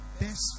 best